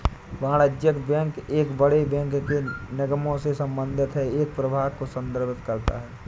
वाणिज्यिक बैंक एक बड़े बैंक के निगमों से संबंधित है एक प्रभाग को संदर्भित करता है